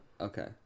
okay